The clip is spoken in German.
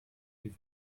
wie